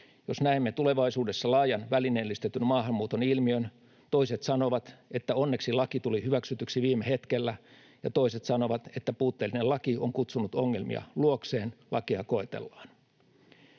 Jos näemme tulevaisuudessa laajan välineellistetyn maahanmuuton ilmiön, toiset sanovat, että onneksi laki tuli hyväksytyksi viime hetkellä, ja toiset sanovat, että puutteellinen laki on kutsunut ongelmia luokseen, lakia koetellaan.